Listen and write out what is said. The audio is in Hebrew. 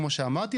כמו שאמרתי,